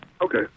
Okay